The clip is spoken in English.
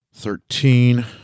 Thirteen